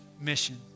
mission